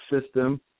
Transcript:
system